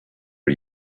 are